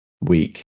week